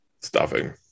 Stuffing